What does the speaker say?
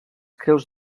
creus